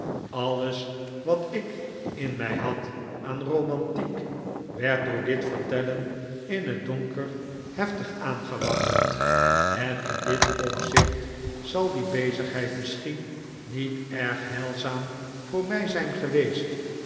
alles wat ik in mij had aan romantiek werd door dit vertellen in het donker heftig aangewakkerd en in dit opzicht zal die bezigheid misschien niet erg heilzaam voor mij zij n geweest